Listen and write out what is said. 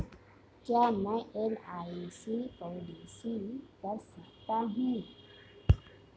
क्या मैं LIC policy कर सकता हूं?